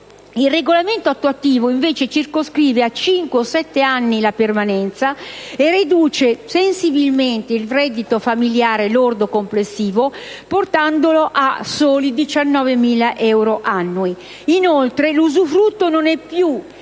Il regolamento attuativo invece circoscrive a cinque o sette anni la permanenza e riduce sensibilmente il reddito familiare lordo complessivo, portandolo a soli 19.000 euro annui. Inoltre, l'usufrutto non è più